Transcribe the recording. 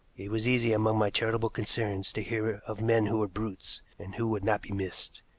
it was easy among my charitable concerns to hear of men who were brutes, and who would not be missed.